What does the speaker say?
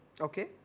Okay